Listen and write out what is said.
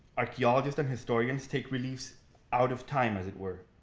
archaeologists and historians take reliefs out of time as it were,